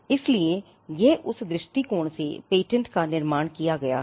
इसलिए यह उस दृष्टिकोण से पेटेंट का निर्माण किया गया है